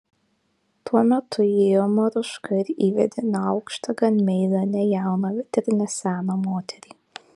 tuo metu įėjo maruška ir įvedė neaukštą gan meilią ne jauną bet ir ne seną moterį